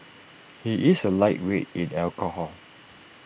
he is A lightweight in alcohol